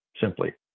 simply